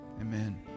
amen